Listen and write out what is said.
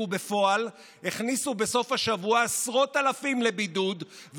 ובפועל הכניסו בסוף השבוע עשרות אלפים לבידוד,